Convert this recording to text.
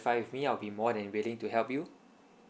with me I'll be more than willing to help you